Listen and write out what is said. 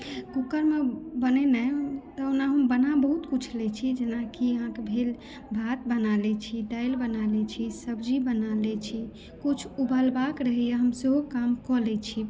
cooker मे बनेनाइ हमरा ओना बना बहुत किछु लै छी जेनाकि अहाँकेँ भेल भात बना लै छी दालि बना लै छी सब्जी बना लै छी किछु उबालबाक रहैया हम सेहो काम कऽ लै छी